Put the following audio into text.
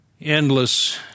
endless